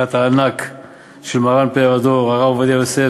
בפסיקת הענק של מרן פאר הדור הרב עובדיה יוסף,